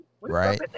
Right